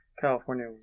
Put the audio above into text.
California